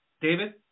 David